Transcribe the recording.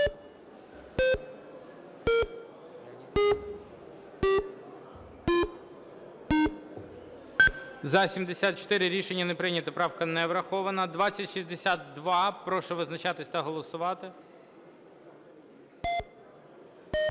За-74 Рішення не прийнято. Правка не врахована. 2062. Прошу визначатись та голосувати.